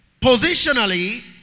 positionally